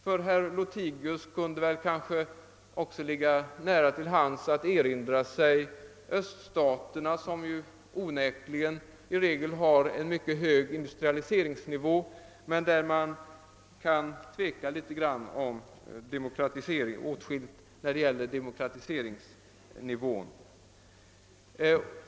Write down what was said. För herr Lothigius kunde det väl kanske ligga nära till hands att erinra sig öststaterna, som ju i regel onekligen har en mycket hög industrialiseringsnivå men vilkas demokratiseringsnivå man väl kan ifrågasätta.